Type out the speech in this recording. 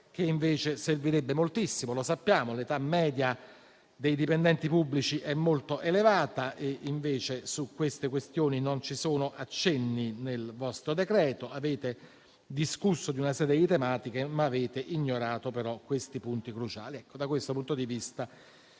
che invece servirebbe moltissimo. Lo sappiamo: l'età media dei dipendenti pubblici è molto elevata, ma su tali questioni non ci sono accenni nel vostro decreto-legge. Avete discusso di una serie di tematiche, ma avete ignorato questi punti cruciali. Da questo punto di vista,